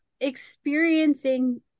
experiencing